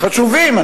חשובים,